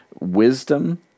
wisdom